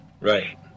Right